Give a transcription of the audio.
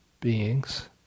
beings